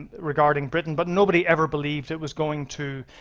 regarding britain, but nobody ever believed it was going to,